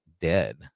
dead